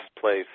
place